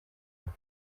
kure